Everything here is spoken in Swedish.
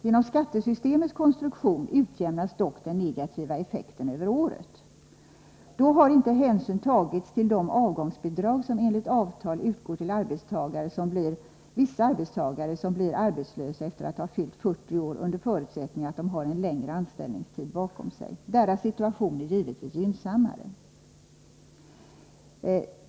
Genom skattesystemets konstruktion utjämnas dock den negativa effekten över året. Då har inte hänsyn tagits till de avgångsbidrag som enligt avtal utgår till vissa arbetstagare som blir arbetslösa efter att ha fyllt 40 år, under förutsättning att de har en längre anställningstid bakom sig. Deras situation är givetvis gynnsammare.